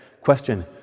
Question